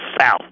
south